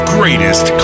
Greatest